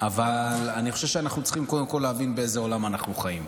אבל אני חושב שאנחנו צריכים קודם כול להבין באיזה עולם אנחנו חיים.